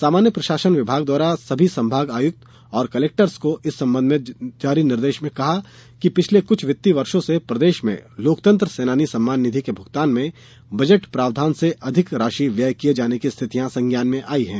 सामान्य प्रशासन विभाग द्वारा सभी संभाग आयुक्त और कलेक्टर्स को इस संबंध में जारी निर्देश में कहा गया है कि पिछले कुछ वित्तीय वर्षों से प्रदेश में लोकतंत्र सेनानी सम्मान निधि के भुगतान में बजट प्रावधान से अधिक राशि व्यय किये जाने की स्थितियाँ संज्ञान में आयी है